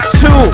two